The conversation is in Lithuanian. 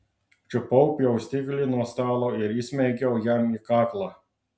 čiupau pjaustiklį nuo stalo ir įsmeigiau jam į kaklą